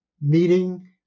meeting